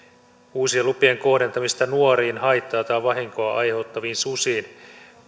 uusien lupien kohdentamista nuoriin haittaa tai vahinkoa aiheuttaviin susiin